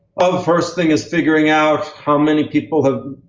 oh, first thing is figuring out how many people have,